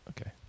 Okay